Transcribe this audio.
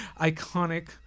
iconic